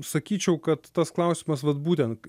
sakyčiau kad tas klausimas vat būtent